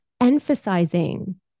emphasizing